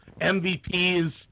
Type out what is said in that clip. MVPs